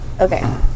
Okay